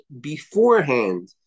beforehand